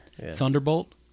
Thunderbolt